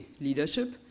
leadership